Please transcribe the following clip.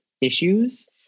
issues